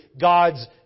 God's